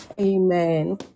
Amen